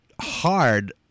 hard